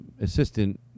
assistant